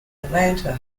atlanta